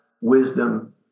wisdom